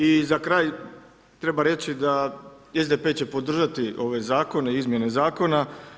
I za kraj treba reći da SDP će podržati ove zakone, izmjene zakona.